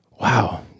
wow